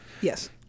yes